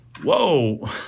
whoa